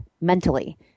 mentally